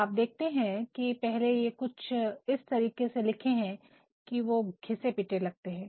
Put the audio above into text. आप देखते हैं कि पहले ये कुछ इस तरीके से लिखे हैं कि वो घिसे पिटे लगते हैं